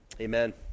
amen